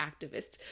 activists